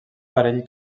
parell